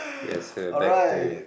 it's a back